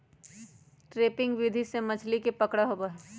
trapping विधि से मछली के पकड़ा होबा हई